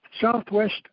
southwest